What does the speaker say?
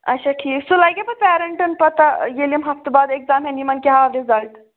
اچھا ٹھیٖک سُہ لگہِ پَتہٕ پیٚرنٹین پَتاہ ییٚلہِ یِم ہَفتہٕ باد ایٚکزام ہیٚن یِمَن کیٛاہ آو رِزَلٹ